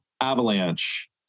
Avalanche